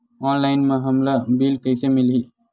Online म हमला bill कइसे मिलही?